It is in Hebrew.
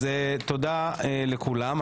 אז תודה לכולם,